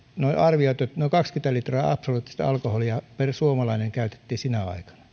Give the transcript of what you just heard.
on arvioitu että noin kaksikymmentä litraa absoluuttista alkoholia per suomalainen käytettiin sinä